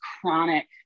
chronic